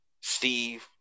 Steve